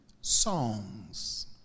songs